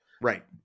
Right